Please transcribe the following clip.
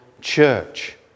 church